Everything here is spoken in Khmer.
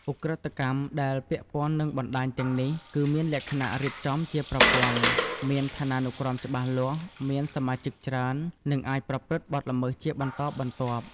ឧក្រិដ្ឋកម្មដែលពាក់ព័ន្ធនឹងបណ្តាញទាំងនេះ គឺមានលក្ខណៈរៀបចំជាប្រព័ន្ធ មានឋានានុក្រមច្បាស់លាស់ មានសមាជិកច្រើន និងអាចប្រព្រឹត្តបទល្មើសជាបន្តបន្ទាប់។